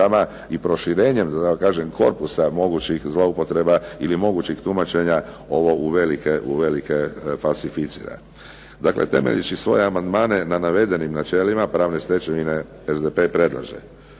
i proširenjem da tako kažem korpusa mogućih zloupotreba ili mogućih tumačenja ovo uvelike falsificiran. Dakle, temeljeći svoje amandmane na navedenim načelima pravne stečevine SDP predlaže.